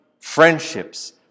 friendships